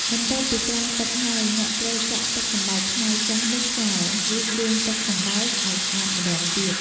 បន្ទាប់ពីត្រាំទឹកហើយ អ្នកត្រូវចាក់ទឹកសណ្ដែកខ្មៅចាស់នោះចោល រួចលាងទឹកសណ្ដែកឱ្យស្អាតម្ដងទៀត។